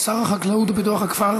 שר החקלאות ופיתוח הכפר